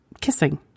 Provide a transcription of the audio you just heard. kissing